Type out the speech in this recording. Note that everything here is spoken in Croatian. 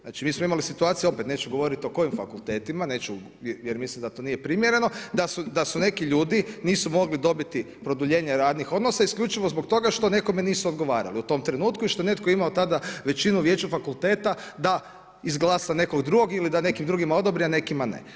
Znači mi smo imali situaciju opet neću govoriti o kojim fakultetima, neću jer mislim da to nije primjereno da su neki ljudi nisu mogli dobiti produljenje radnih odnosa isključivo zbog toga što nekome nisu odgovarali u tom trenutku i što netko je imao tada većinu u vijeću fakulteta da izglasa nekog drugog ili da nekim drugima odobri, a nekima ne.